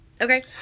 Okay